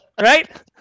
Right